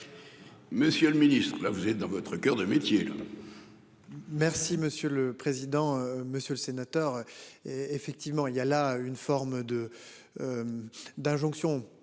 Monsieur le Ministre, là vous êtes dans votre coeur de métier. Merci monsieur le président, monsieur le sénateur, et effectivement il y a là une forme de. D'injonctions